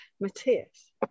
Matthias